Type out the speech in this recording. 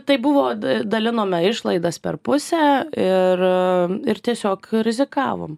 tai buvo dalinome išlaidas per pusę ir ir tiesiog rizikavom